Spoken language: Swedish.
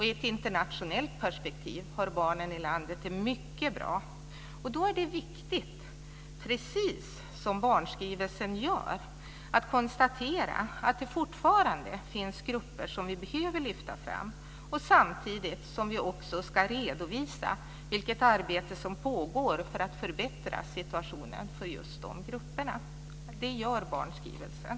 I ett internationellt perspektiv har barnen i landet det mycket bra. Då är det viktigt att konstatera, precis som barnskrivelsen gör, att det fortfarande finns grupper som vi behöver lyfta fram samtidigt som vi också ska redovisa vilket arbete som pågår för att förbättra situationen för just de grupperna. Det gör barnskrivelsen.